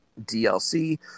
DLC